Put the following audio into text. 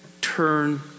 Turn